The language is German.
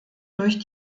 durch